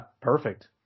perfect